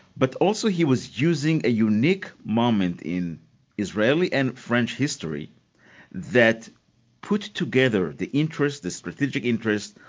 but also he was using a unique moment in israeli and french history that put together the interest, the strategic interest,